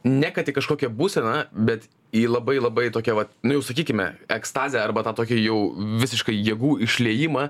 ne kad į kažkokią būseną bet ji labai labai tokia vat nu jau sakykime ekstazę arba tokia jau visiškai jėgų išliejimą